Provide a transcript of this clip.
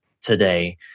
today